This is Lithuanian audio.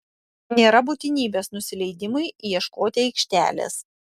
nėra būtinybės nusileidimui ieškoti aikštelės